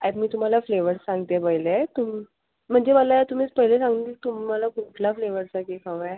आधी मी तुम्हाला फ्लेवर सांगते पहिले तुम म्हणजे मला तुम्ही पहिले सांगा तुम्हाला कुठला फ्लेवरचा केक हवा आहे